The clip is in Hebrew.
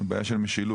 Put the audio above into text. זאת בעיה של משילות.